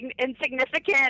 insignificant